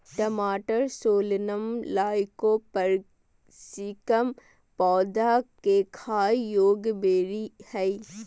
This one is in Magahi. टमाटरसोलनम लाइकोपर्सिकम पौधा केखाययोग्यबेरीहइ